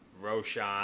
Roshan